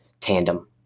tandem